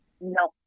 no